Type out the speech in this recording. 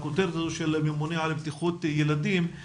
הכותרת הזו של ממונה על בטיחות ילדים,